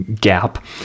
gap